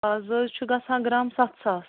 آز حظ چھُ گژھان گرٛام سَتھ ساس